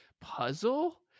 Puzzle